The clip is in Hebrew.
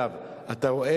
אני מבקש